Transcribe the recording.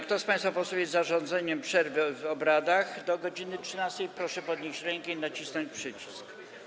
Kto z państwa posłów jest za zarządzeniem przerwy w obradach do godz. 13, proszę podnieść rękę i nacisnąć przycisk.